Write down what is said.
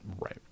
Right